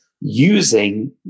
using